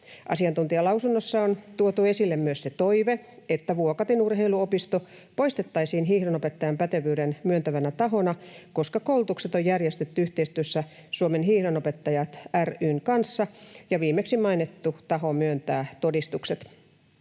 Asiantuntijalausunnossa on tuotu esille myös se toive, että Vuokatin urheiluopisto poistettaisiin hiihdonopettajan pätevyyden myöntävänä tahona, koska koulutukset on järjestetty yhteistyössä Suomen Hiihdonopettajat ry:n kanssa ja viimeksi mainittu taho myöntää todistukset.